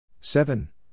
Seven